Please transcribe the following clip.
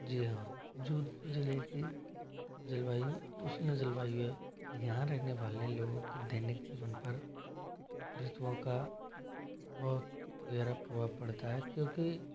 जी हाँ जोधपुर जिले की जलवायु उष्ण जलवायु है यहाँ रहने वाले लोगों के दैनिक जीवन पर ऋतुओं का बहुत गहरा प्रभाव पड़ता है क्योंकि